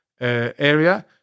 area